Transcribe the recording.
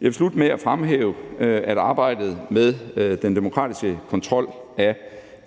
Jeg vil slutte med at fremhæve, at arbejdet med den demokratiske kontrol af